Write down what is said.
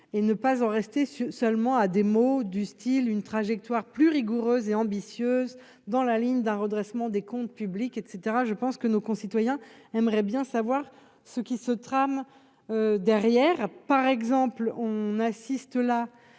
et ne pas en rester sur seulement à des mots du Style une trajectoire plus rigoureuse et ambitieuse dans la ligne d'un redressement des comptes publics et cetera, je pense que nos concitoyens aimeraient bien savoir ce qui se trame derrière, par exemple, on assiste là